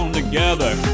together